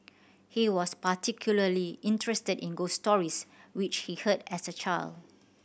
he was particularly interested in ghost stories which he heard as a child